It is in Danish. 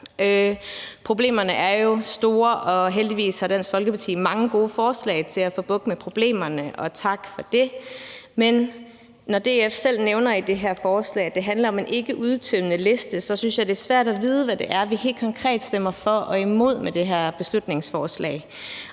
Problemerne er jo store, og heldigvis har Dansk Folkeparti mange gode forslag til at få bugt med problemerne. Tak for det. Men når DF selv nævner i det her forslag, at det handler om en ikkeudtømmende liste, synes jeg, at det er svært at vide, hvad det er, vi helt konkret stemmer for og imod med det her beslutningsforslag.